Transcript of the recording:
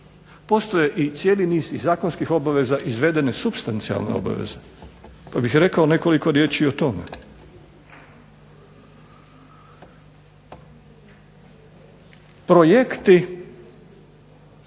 Postoji i cijeli niz iz zakonskih obaveza izvedene supstancijalne obaveze pa bih rekao nekoliko riječi o tome. Projekti,